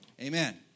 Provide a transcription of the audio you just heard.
Amen